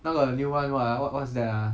now got the new one what ah what what's that ah